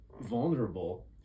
vulnerable